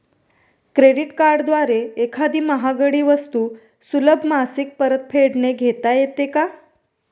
Credit कार्डद्वारे एखादी महागडी वस्तू सुलभ मासिक परतफेडने घेता येते का?